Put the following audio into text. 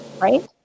right